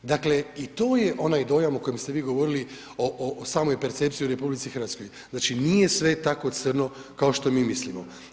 Dakle, i to je onaj dojam o kojem ste vi govorili, o samoj percepciji u RH, znači nije sve tako crno kao što mi mislimo.